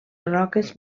roques